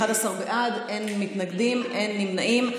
11 בעד, אין מתנגדים, אין נמנעים.